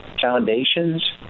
foundations